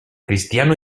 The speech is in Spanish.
cristiano